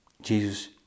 Jesus